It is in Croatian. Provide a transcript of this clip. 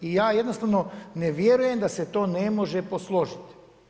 I ja jednostavno ne vjerujem da se to ne može posložiti.